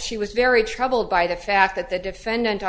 she was very troubled by the fact that the defendant on